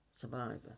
survivor